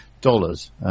dollars